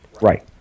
Right